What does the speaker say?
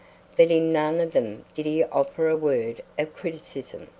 but in none of them did he offer a word of criticism.